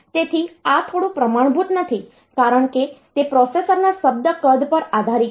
તેથી આ થોડું પ્રમાણભૂત નથી કારણ કે તે પ્રોસેસરના શબ્દ કદ પર આધારિત છે